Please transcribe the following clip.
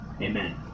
Amen